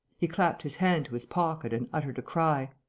he clapped his hand to his pocket and uttered a cry